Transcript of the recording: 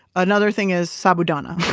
another thing is sabudana